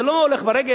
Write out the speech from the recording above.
זה הולך ברגל.